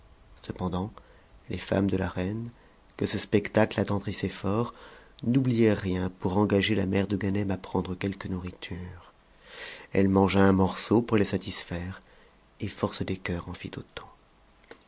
cependant les femmes de la reine que ce spectacle attendrissait fort n'oublièrent rien pour engager la mère de ganem à prendre quelque nourriture elle mangea un morceau pour les satisfaire et'force des cœurs